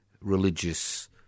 religious